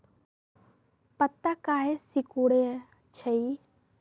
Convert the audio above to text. पत्ता काहे सिकुड़े छई?